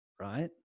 right